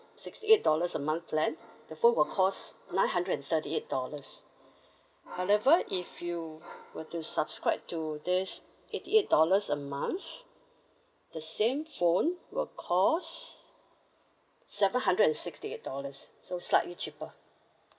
sixty eight dollars a month plan the phone will cost nine hundred and thirty eight dollars however if you were to subscribe to this eighty eight dollars a month the same phone will cost seven hundred and sixty eight dollars so slightly cheaper